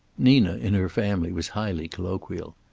nina in her family was highly colloquial.